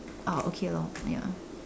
oh okay lor ya